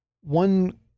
one